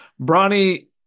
Bronny